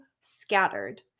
scattered